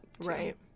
right